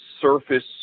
surface